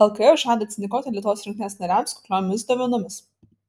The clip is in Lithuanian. lkf žada atsidėkoti lietuvos rinktinės nariams kukliomis dovanomis